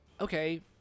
Okay